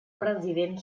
president